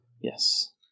Yes